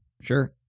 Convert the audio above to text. Sure